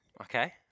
Okay